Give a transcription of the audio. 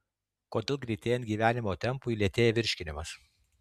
kodėl greitėjant gyvenimo tempui lėtėja virškinimas